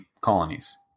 colonies